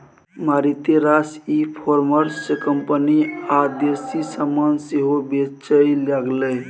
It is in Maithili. मारिते रास ई कॉमर्स कंपनी आब देसी समान सेहो बेचय लागलै